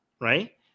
Right